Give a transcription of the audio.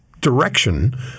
direction